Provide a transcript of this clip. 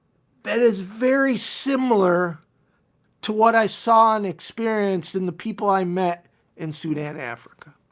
that is very similar to what i saw and experienced in the people i met in sudan, africa.